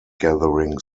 gathering